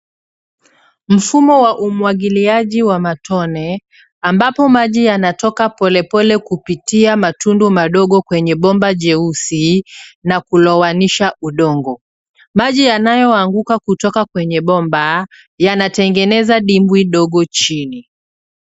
Mfumo wa umwagiliaji wa matone ambapo maji yanatoka. polepole kupitia matundu madogo kwenye bomba jeusi na kulowanisha udongo. Maji yanayo anguka kutoka kwenye bomba yanatengeneza dimbwi ndogo chini.